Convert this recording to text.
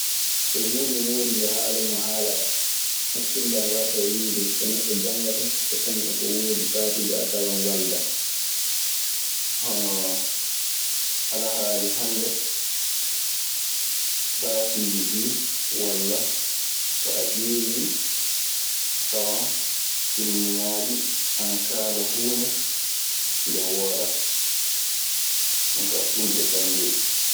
So huunde woodunde haala mun haalaama, hakillam waratan e wiide ko neɗɗo janngata, e kañum, e ko wodi saatuuji, a tawan walda. Hono alhaaliiji hannden baasiiji ɗii walla so a ƴeewi, a tawan filmuŋaaji ana kaala huunde nde wooda. Jonkaa ɗun e bandun en.